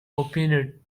opined